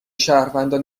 شهروندان